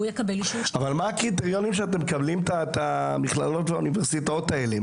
אבל מה הקריטריונים שאתם מקבלים את המכללות והאוניברסיטאות האלה?